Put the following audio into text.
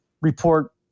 report